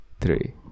three